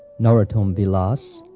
narottam-vilas,